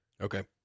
Okay